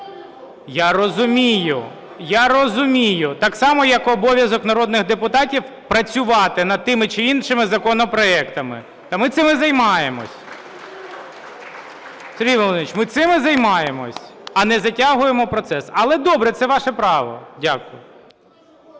Я розумію так само, як обов'язок народних депутатів працювати над тими чи іншими законопроектами, та ми цим і займаємося. Сергій Володимирович, ми цим і займаємося, а не затягуємо процес. Але, добре, це ваше право. Дякую.